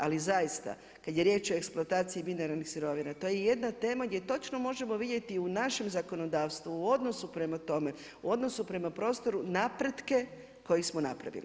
Ali zaista kad je riječ o eksploataciji mineralnih sirovina to je jedna tema gdje točno možemo vidjeti u našem zakonodavstvu, u odnosu prema tome, u odnosu prema prostoru napretke koje smo napravili.